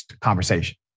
conversation